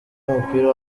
w’umupira